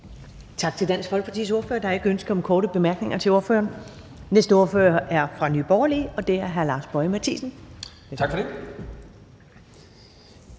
Tak til Dansk Folkepartis ordfører. Der er ikke ønske om korte bemærkninger til ordføreren. Den næste ordfører er fra Nye Borgerlige, og det er hr. Lars Boje Mathiesen. Kl.